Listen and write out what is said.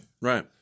Right